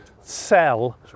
sell